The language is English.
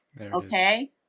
Okay